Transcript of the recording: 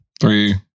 Three